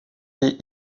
est